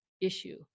issue